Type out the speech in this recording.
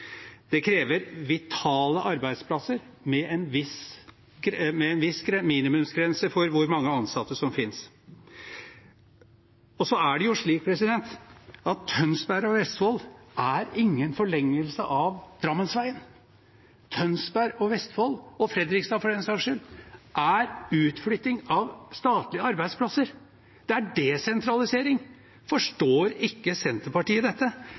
som krever kontinuerlig omorganisering i takt med den teknologiske utviklingen. Det krever vitale arbeidsplasser med en viss minimumsgrense for hvor mange ansatte som finnes. Tønsberg og Vestfold er ingen forlengelse av Drammensveien. Tønsberg og Vestfold, og Fredrikstad for den saks skyld – det er utflytting av statlige arbeidsplasser, det er desentralisering. Forstår ikke Senterpartiet dette?